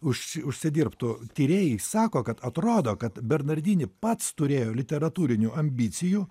užsi užsidirbtų tyrėjai sako kad atrodo kad bernardini pats turėjo literatūrinių ambicijų